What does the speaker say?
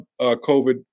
COVID